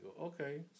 Okay